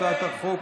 ועדת הכנסת.